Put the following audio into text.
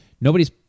nobody's